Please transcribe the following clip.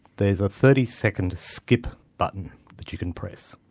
there's a thirty second skip button that you can press.